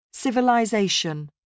civilization